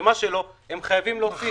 ומה שלא הם חייבים להוסיף.